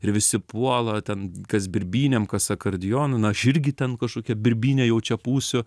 ir visi puola ten kas birbynėm kas akordeonu na aš irgi ten kažkokią birbynę jau čia pūsiu